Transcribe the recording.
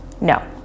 No